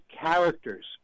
characters